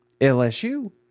lsu